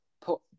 put